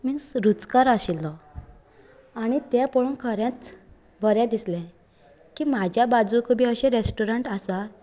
means रूचकर आशिल्लो आनी तें पळोवन खरेंच बरें दिसले की म्हाज्या बाजूकय बी अशे रॅस्टोरंट आसा